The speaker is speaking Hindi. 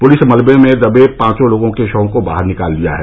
पुलिस मलबे मे दबे पायो लोगों के शयों को बाहर निकाल लिया है